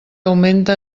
augmenta